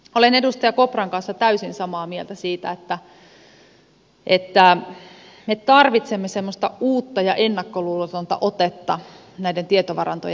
olen edustaja kopran kanssa täysin samaa mieltä siitä että tarvitsemme semmoista uutta ja ennakkoluulotonta otetta näiden tietovarantojen avaamiseen